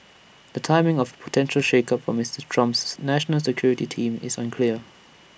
the timing of A potential shakeup for Mister Trump's national security team is unclear